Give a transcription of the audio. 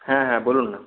হ্যাঁ হ্যাঁ বলুন না